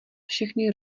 všechny